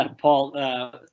Paul